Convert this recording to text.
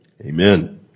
Amen